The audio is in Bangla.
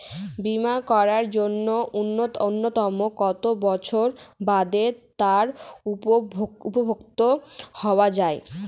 বীমা করার জন্য ন্যুনতম কত বছর বাদে তার উপভোক্তা হওয়া য়ায়?